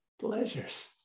pleasures